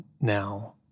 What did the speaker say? now